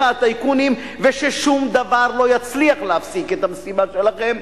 הטייקונים וששום דבר לא יצליח להפסיק את המסיבה שלכם.